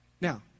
Now